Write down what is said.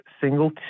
single